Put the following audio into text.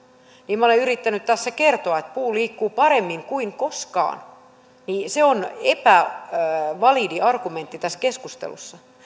niin kun minä olen yrittänyt tässä kertoa että puu liikkuu paremmin kuin koskaan niin se on epävalidi argumentti tässä keskustelussa